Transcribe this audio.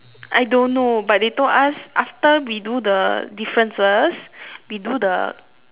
I don't know but they told us after we do the differences we do the